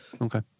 Okay